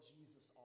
Jesus